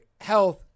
health